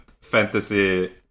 Fantasy